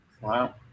Wow